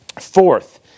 Fourth